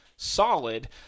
Solid